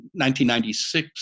1996